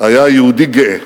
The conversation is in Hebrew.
היה: יהודי גאה.